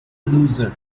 loser